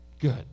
Good